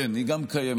כן, היא גם קיימת.